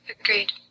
Agreed